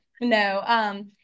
No